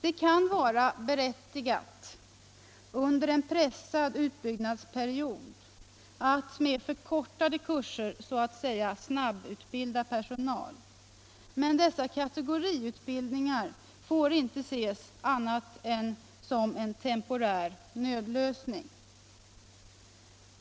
Det kan vara berättigat att under en pressad utbyggnadsperiod med förkortade kurser så att säga snabbutbilda personal. Men dessa kategoriutbildningar får inte ses som annat än temporära nödlösningar.